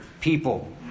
people